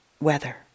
weather